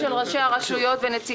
162,300 יחידות דיור שאפשר להוציא מכוחן